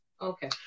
Okay